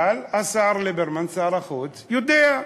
אבל השר ליברמן, שר החוץ, יודע.